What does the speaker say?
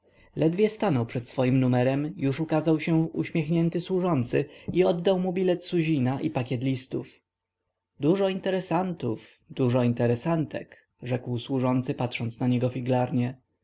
ledwie stanął przed swoim numerem już ukazał się uśmiechnięty służący i oddał mu bilet suzina i pakiet listów dużo interesantów dużo interesantek rzekł służący patrząc na